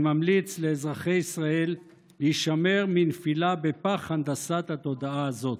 אני ממליץ לאזרחי ישראל להישמר מנפילה בפח הנדסת התודעה הזאת.